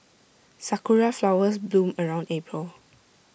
Sakura Flowers bloom around April